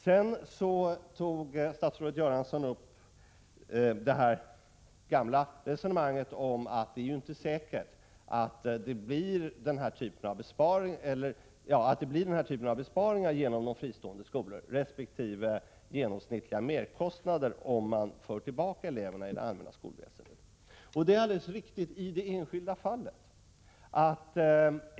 Sedan tog statsrådet Göransson upp det gamla resonemanget, att det inte är säkert att det blir den typ av besparing som jag har talat om genom de fristående skolorna resp. motsvarande genomsnittliga merkostnad om man för tillbaka eleverna till det allmänna skolväsendet. Det är alldeles riktigt — i det enskilda fallet.